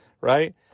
right